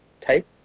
type